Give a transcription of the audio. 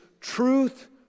truth